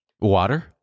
water